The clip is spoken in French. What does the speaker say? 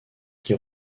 qui